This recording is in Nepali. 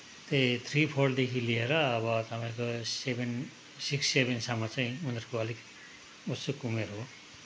त्यही थ्री फोरदेखि लिएर अब तपाईँको सेभेन सिक्स सेभेनसम्म चाहिँ उनीहरूको अलिक उत्सुक उमेर हो